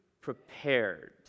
prepared